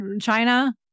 China